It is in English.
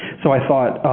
so i thought,